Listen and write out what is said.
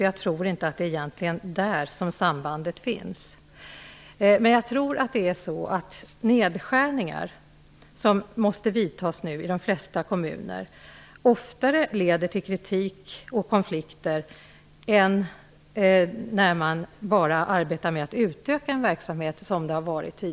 Jag tror inte att det finns ett samband däremellan. Däremot tror jag att det oftare leder till kritik och konflikter när man nu måste vidta nedskärningar i de flesta kommuner i stället för att som tidigare bara arbeta med att utöka en verksamhet.